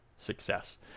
success